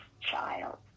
child